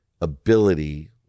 ability